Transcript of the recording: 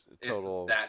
total